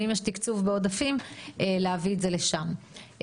ואם יש תקצוב בעודפים - להביא את זה לשם.